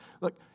Look